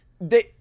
They-